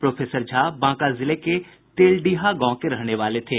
professor Jha Banka जिले के तेलडीहा गांव के रहने वाले थे